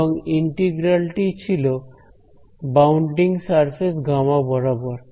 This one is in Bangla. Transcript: এবং ইন্টিগ্রাল টি ছিল বাউন্ডিং সারফেস গামা বরাবর